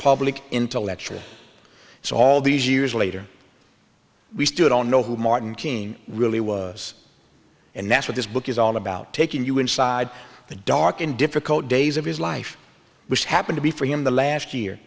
public intellectual so all these years later we still don't know who martin king really was and that's what this book is all about taking you inside the dark and difficult days of his life which happen to be for him the last year